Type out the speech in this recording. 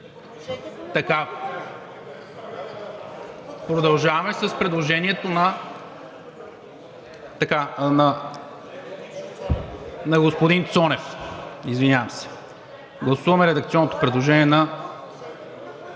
Продължаваме с предложението на господин Цонев. Гласуваме редакционното предложение на…